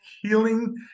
healing